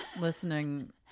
listening